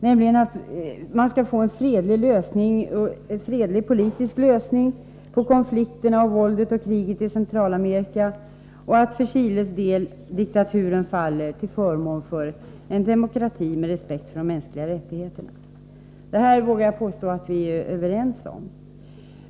Det gäller att få till stånd en fredlig politisk lösning på konflikterna, våldet och kriget i Centralamerika. För Chiles del anser vi det väsentligt att diktaturen faller till förmån för en demokrati med respekt för de mänskliga rättigheterna. Detta vågar jag påstå att vi är överens om.